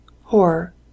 horror